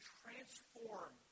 transform